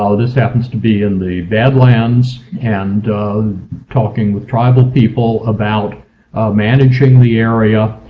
ah this happens to be in the badlands, and talking with tribal people about managing the area.